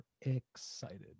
excited